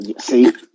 See